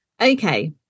Okay